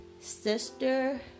Sister